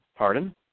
Pardon